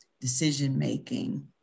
decision-making